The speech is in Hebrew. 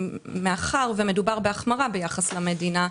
מאחר שמדובר בהחמרה ביחס למדינה,